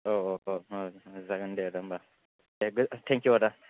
औ औ औ औ जागोन दे आदा होनबा दे गोजोन थेंकिउ आदा